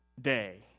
day